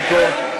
זה תיקו.